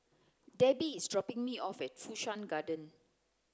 Debbi is dropping me off at Fu Shan Garden